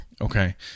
Okay